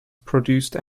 produced